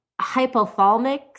hypothalamic